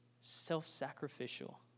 self-sacrificial